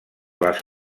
les